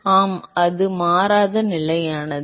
ஆம் அது மாறாத நிலையானது